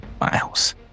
Miles